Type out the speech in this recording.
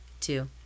two